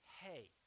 hey